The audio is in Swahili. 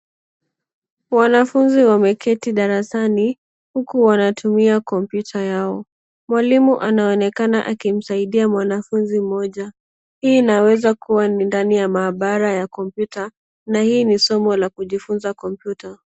Wanafunzi wameketi darasani huku wanatumia kompyuta yao. Mwalimu anaonekana akimsaidia mwanafunzi mmoja hii inaweza kua ni ndani ya maabara ya kompyuta na hii ni somo la kujifunza kompyuta.